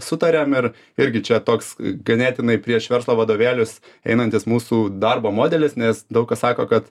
sutariam ir irgi čia toks ganėtinai prieš verslo vadovėlius einantis mūsų darbo modelis nes daug kas sako kad